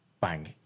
bang